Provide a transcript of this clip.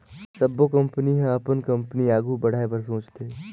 सबो कंपनी ह अपन कंपनी आघु बढ़ाए बर सोचथे